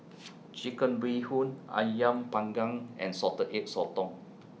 Chicken Bee Hoon Ayam Panggang and Salted Egg Sotong